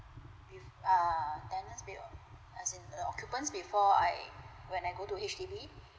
with err tenant as in uh occupant before I when I go to H_D_B